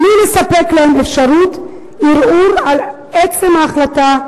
בלי לספק להם אפשרות ערעור על עצם ההחלטה,